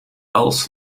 els